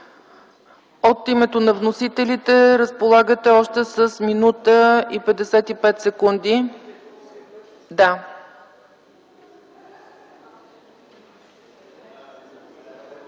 От името на Вносителите – разполагате с още 1 минута и 55 секунди.